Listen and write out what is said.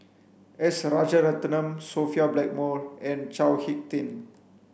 S Rajaratnam Sophia Blackmore and Chao Hick Tin